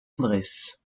tendresse